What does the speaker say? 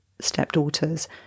stepdaughters